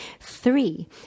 Three